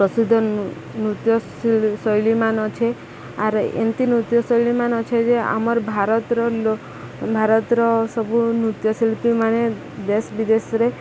ପ୍ରସିଦ୍ଧ ନୃତ୍ୟଶୈଳୀମାନ ଅଛେ ଆର୍ ଏମ୍ତି ନୃତ୍ୟ ଶୈଳୀମାନ ଅଛେ ଯେ ଆମର୍ ଭାରତର ଭାରତର ସବୁ ନୃତ୍ୟଶିଳ୍ପୀମାନେ ଦେଶ ବିଦେଶରେ